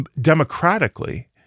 democratically